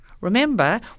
Remember